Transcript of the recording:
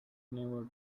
never